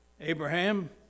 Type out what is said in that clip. Abraham